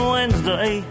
Wednesday